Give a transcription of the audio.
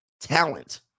talent